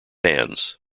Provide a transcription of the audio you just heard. hands